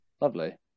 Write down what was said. lovely